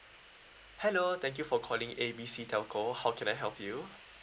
hello thank you for calling A B C telco how can I help you